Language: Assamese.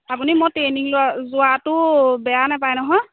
আপুনি মই ট্ৰেইনিং লোৱা যোৱাটো বেয়া নাপায় নহয়